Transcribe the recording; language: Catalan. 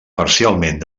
parcialment